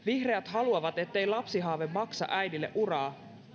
haluavat ettei lapsihaave maksa äidille uraa